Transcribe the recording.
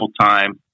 time